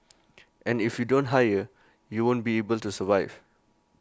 and if you don't hire you won't be able to survive